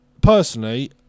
personally